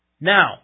Now